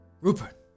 Rupert